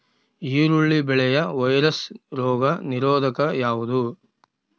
ಈರುಳ್ಳಿ ಬೆಳೆಯ ವೈರಸ್ ರೋಗ ನಿರೋಧಕ ಯಾವುದು?